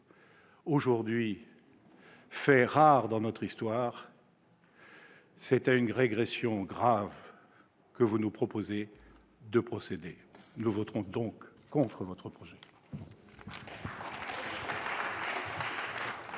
Aujourd'hui, fait rare dans notre histoire, c'est une régression grave que vous nous proposez d'approuver. Nous voterons donc contre votre projet